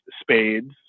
spades